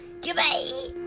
goodbye